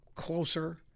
closer